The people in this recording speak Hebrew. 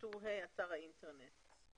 מקום הפרסום הוא אתר האינטרנט של